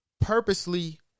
purposely